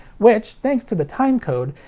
which, thanks to the timecode,